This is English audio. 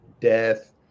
death